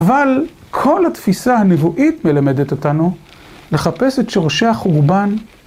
אבל כל התפיסה הנבואית מלמדת אותנו לחפש את שורשי החורבן